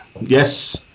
Yes